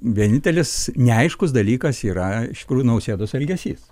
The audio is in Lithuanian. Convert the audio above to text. vienintelis neaiškus dalykas yra iš tikrųjų nausėdos elgesys